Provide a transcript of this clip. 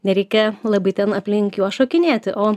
nereikia labai ten aplink juos šokinėti o